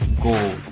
gold